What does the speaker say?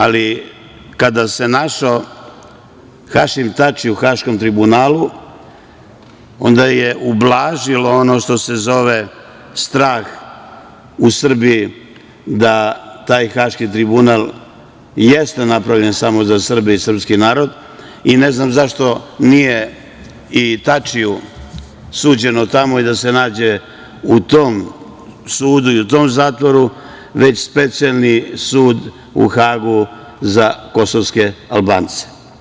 Ali, kada se našao Hašim Tači u Haškom tribunalu, onda je ublažilo ono što se zove strah u Srbiji da taj Haški tribunal jeste napravljen samo za Srbe i srpski narod i ne znam zašto nije i Tačiju suđeno tamo i da se nađe u tom sudu i u tom zatvoru, već Specijalni sud u Hagu za kosovske Albance.